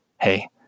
Hey